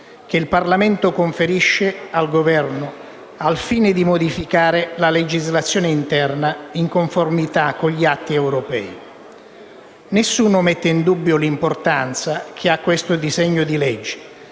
che il Parlamento conferisce al Governo al fine di modificare la legislazione interna in conformità con gli atti europei. Nessuno mette in dubbio l'importanza che ha questo disegno di legge,